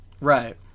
Right